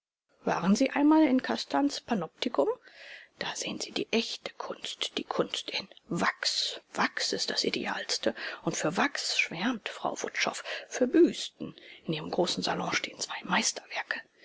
waren sie einmal in castans panoptikum da sehen sie die echte kunst die kunst in wachs wachs ist das idealste und für wachs schwärmt frau wutschow für büsten in ihrem großen salon stehen zwei meisterwerke